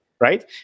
right